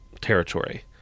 territory